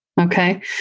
Okay